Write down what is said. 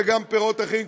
וגם פירות אחרים,